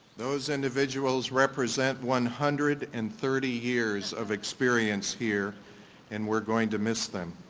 those individuals represent one hundred and thirty years of experience here and we're going to miss them.